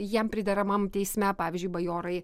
jam prideramam teisme pavyzdžiui bajorai